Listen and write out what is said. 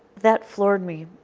that floored me.